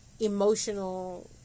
emotional